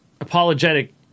apologetic